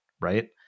right